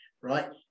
right